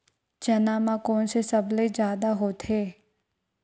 चना म कोन से सबले जादा होथे?